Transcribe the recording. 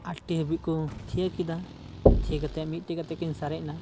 ᱟᱴᱴᱤ ᱦᱟᱹᱵᱤᱡ ᱠᱚ ᱛᱷᱤᱭᱟᱹ ᱠᱮᱫᱟ ᱛᱷᱤᱭᱟᱹ ᱠᱟᱛᱮᱫ ᱢᱤᱫᱴᱤᱡ ᱠᱟᱛᱮᱫ ᱠᱤᱱ ᱥᱟᱨᱮᱡᱱᱟ